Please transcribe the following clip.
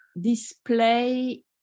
display